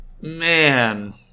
man